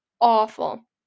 awful